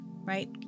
right